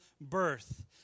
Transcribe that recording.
birth